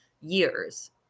years